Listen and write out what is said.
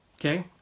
okay